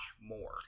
more